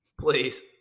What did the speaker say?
Please